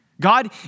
God